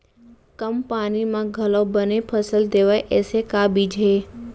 कम पानी मा घलव बने फसल देवय ऐसे का बीज हे?